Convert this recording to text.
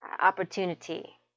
opportunity